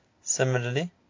Similarly